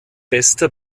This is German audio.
bester